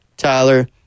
Tyler